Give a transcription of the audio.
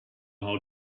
how